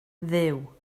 dduw